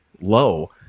low